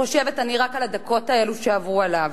חושבת אני רק על הדקות האלה שעברו עליו.